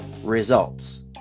results